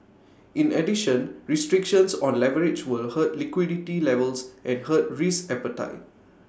in addition restrictions on leverage will hurt liquidity levels and hurt risk appetite